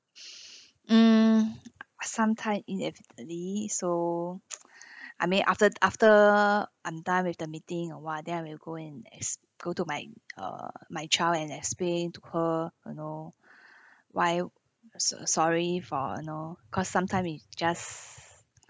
mm sometime inevitably so I mean after after I'm done with the meeting or what then I will go and ex~ go to my uh my child and explain to her you know why so~ sorry for you know cause sometime it just